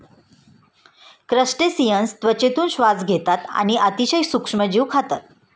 crustaceans त्वचेतून श्वास घेतात आणि अतिशय सूक्ष्म जीव खातात